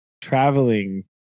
traveling